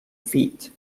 feat